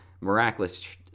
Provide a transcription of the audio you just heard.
miraculous